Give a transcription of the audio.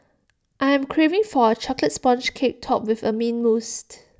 I am craving for A Chocolate Sponge Cake Topped with Mint Mousse